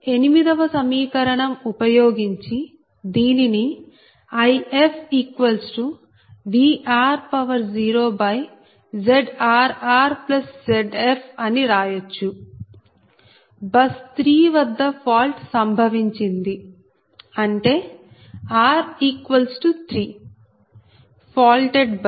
8 వ సమీకరణం ఉపయోగించి దీనిని IfVr0ZrrZf అని రాయచ్చు బస్ 3 వద్ద ఫాల్ట్ సంభవించింది అంటే r 3 ఫాల్టెడ్ బస్